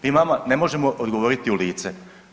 Mi vama ne možemo odgovoriti u lice.